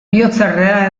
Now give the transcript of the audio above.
bihotzerrea